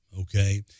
okay